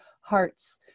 hearts